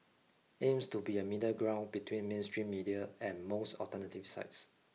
aims to be a middle ground between mainstream media and most alternative sites